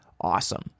awesome